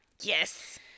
yes